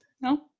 No